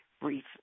brief